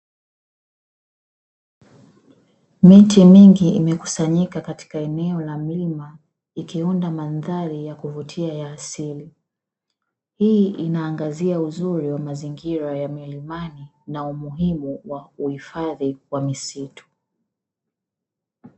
Miti mingi imekusanyika katika eneo la mlima ikiunda mandhari ya kuvutia ya asili, hii inaangazia uzuri wa mazingira ya milimani na umuhimu wa uhifadhi wa misitu.